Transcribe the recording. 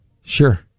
Sure